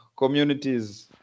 communities